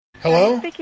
Hello